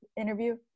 interview